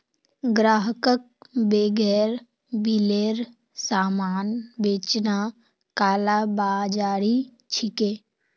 ग्राहकक बेगैर बिलेर सामान बेचना कालाबाज़ारी छिके